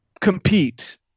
compete